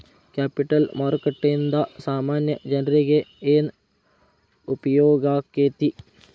Capital ಮಾರುಕಟ್ಟೇಂದಾ ಸಾಮಾನ್ಯ ಜನ್ರೇಗೆ ಏನ್ ಉಪ್ಯೊಗಾಕ್ಕೇತಿ?